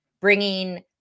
bringing